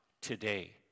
today